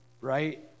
right